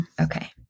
Okay